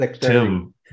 tim